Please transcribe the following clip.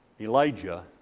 Elijah